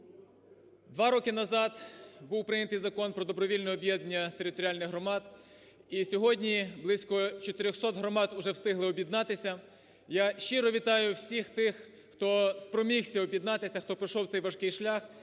Два роки назад був прийнятий Закон про добровільне об'єднання територіальних громад і сьогодні близько 400 громад вже встигли об'єднатися. Я щиро вітаю всіх тих, хто спромігся об'єднатися, хто пройшов цей важкий шлях